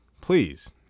please